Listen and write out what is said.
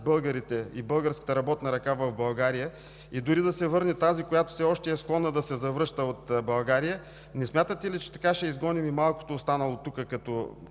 българите и българската работна ръка в България и дори да се върне тази, която все още е склонна да се завръща в България, не смятате ли, че така ще изгоним и малкото останало тук като